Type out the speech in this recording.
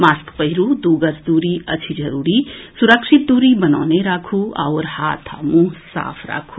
mask पहिरू दू गज दूरी अछि जरूरी सुरक्षित दूरी बनौने राखू आओर हाथ आ मुंह साफ राखू